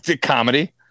comedy